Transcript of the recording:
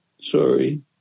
sorry